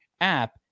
app